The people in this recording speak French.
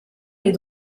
les